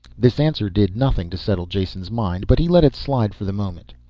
this answer did nothing to settle jason's mind, but he let it slide for the moment.